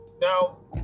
now